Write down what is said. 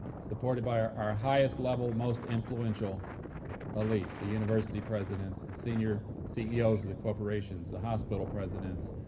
supported by our our highest level, most influential elites. the university presidents, the senior ceos of the corporations, the hospital presidents,